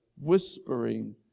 whispering